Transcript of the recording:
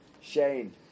Shane